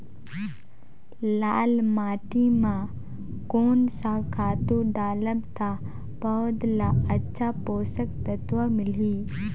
लाल माटी मां कोन सा खातु डालब ता पौध ला अच्छा पोषक तत्व मिलही?